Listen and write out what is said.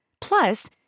Plus